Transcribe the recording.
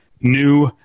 new